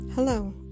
Hello